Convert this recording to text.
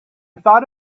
thought